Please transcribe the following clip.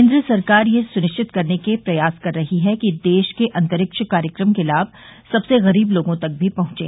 केन्द्र सरकार यह सुनिश्चित करने के प्रयास कर रही है कि देश के अंतरक्षि कार्यक्रम के लाभ सबसे गरीब लोगों तक भी पहुंचे